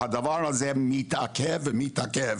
והדבר הזה מתעכב ומתעכב.